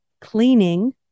cleaning